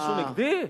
משהו נגדי?